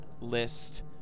list